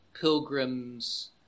pilgrims